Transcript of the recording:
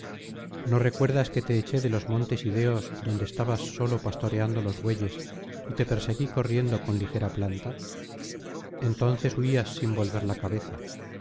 no recuerdas que te eché de los montes ideos donde estabas solo pastoreando los bueyes y te perseguí corriendo con ligera planta entonces huías sin volver la cabeza